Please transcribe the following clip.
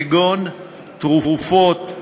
כגון תרופות,